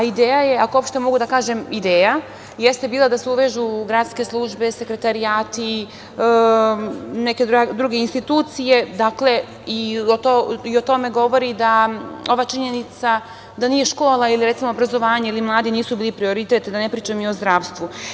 Ideja, ako uopšte mogu da kažem ideja, jeste bila da se uvežu gradske službe, sekretarijati, neke druge institucije i o tome govori ova činjenica da škola ili obrazovanje ili mladi nisu bili prioritet, da ne pričam i o zdravstvu.